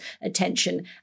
attention